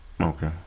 Okay